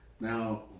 Now